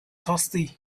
thirsty